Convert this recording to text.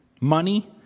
money